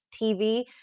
TV